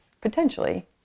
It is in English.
potentially